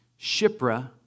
Shipra